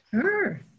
Sure